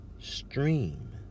stream